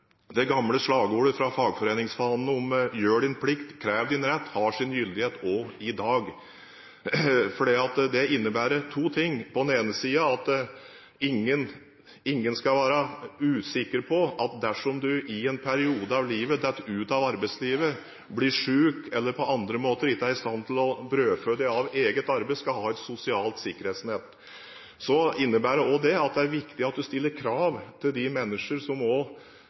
det gamle slagordet fra fagforeningsfanene, «Gjør din plikt, krev din rett», har sin gyldighet også i dag. Det innebærer to ting: På den ene siden skal ingen være usikre på at dersom man i en periode av livet faller utenfor arbeidslivet, blir syk eller på andre måter ikke er i stand til å brødfø seg av eget arbeid, skal man ha et sosialt sikkerhetsnett. På den andre siden innebærer dette at det er viktig at du stiller krav til de menneskene som